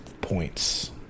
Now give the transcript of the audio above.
points